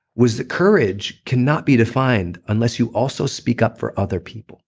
was that courage cannot be defined unless you also speak up for other people